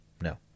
No